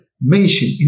mentioned